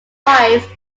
wife